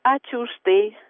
ačiū už tai